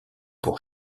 pour